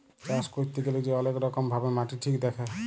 চাষ ক্যইরতে গ্যালে যে অলেক রকম ভাবে মাটি ঠিক দ্যাখে